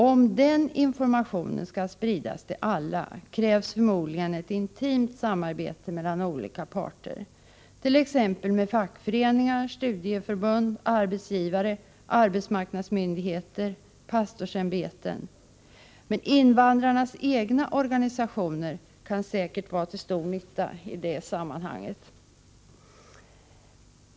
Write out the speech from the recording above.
Om den informationen skall spridas till alla krävs förmodligen ett intimt samarbete med olika parter, t.ex. med fackföreningar, studieförbund, arbetsgivare, arbetsmarknadsmyndigheter och pastorsämbeten. Invandrarnas egna organisationer kan säkert vara till stor nytta i det sammanhanget.